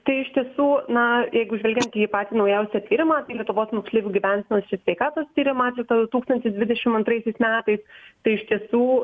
tai iš tiesų na jeigu žvelgiant į patį naujausią tyrimą tai lietuvos moksleivių gyvensenos ir sveikatos tyrimą atliktą du tūkstančiai dvidešim antraisiais metais tai iš tiesų